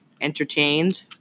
entertained